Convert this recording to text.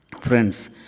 Friends